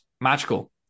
magical